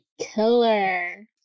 killer